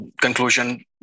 conclusion